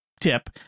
tip